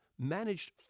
managed